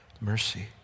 mercy